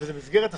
וזה במסגרת הסביר,